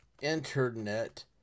internet